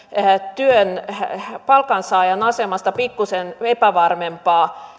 palkansaajan asemasta pikkuisen epävarmempaa